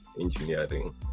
engineering